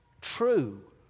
true